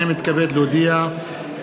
הנני מתכבד להודיעכם,